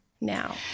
Now